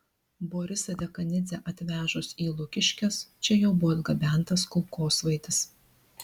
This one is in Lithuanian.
borisą dekanidzę atvežus į lukiškes čia jau buvo atgabentas kulkosvaidis